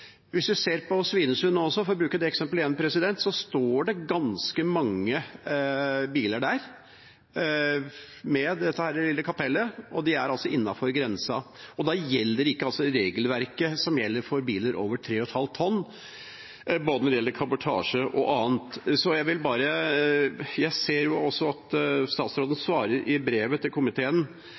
Hvis vi ser på Svinesund, for å bruke det eksempelet igjen, står det ganske mange biler der med dette kapellet, og de er altså innenfor grensa. Da gjelder ikke regelverket som gjelder for biler over 3,5 tonn verken når det gjelder kabotasje eller annet. Jeg ser at statsråden i brevet til komiteen